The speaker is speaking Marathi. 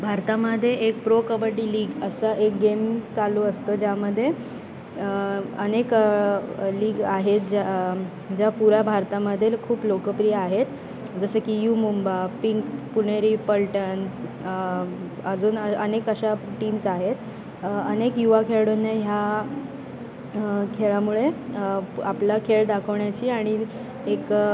भारतामध्ये एक प्रो कबड्डी लिग असा एक गेम चालू असतो ज्यामध्ये अनेक लीग आहेत ज्या ज्या पुऱ्या भारतामध्ये खूप लोकप्रिय आहेत जसं की यू मुंबा पिं पुणेरी पल्टन अजून अनेक अशा टीम्स आहेत अनेक युवा खेळाडूंना ह्या खेळामुळे आपला खेळ दाखवण्याची आणि एक